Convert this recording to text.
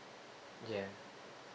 ya